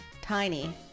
tiny